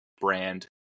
brand